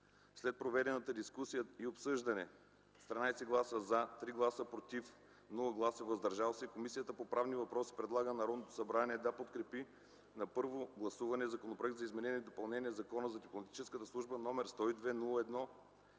След проведената дискусия и обсъждане, с 13 гласа „за”, 3 гласа „против” и без „въздържали се” Комисията по правни въпроси предлага на Народното събрание да подкрепи на първо гласуване Законопроекта за изменение и допълнение на Закона за дипломатическата служба, № 102-01-35,